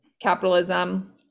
capitalism